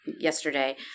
yesterday